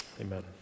Amen